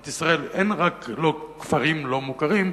במדינת ישראל אין רק כפרים לא מוכרים,